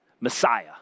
Messiah